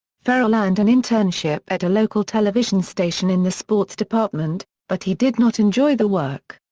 ferrell earned an internship at a local television station in the sports department, but he did not enjoy the work.